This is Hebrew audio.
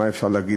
מה אפשר להגיד?